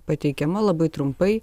pateikiama labai trumpai